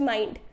Mind